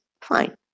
fine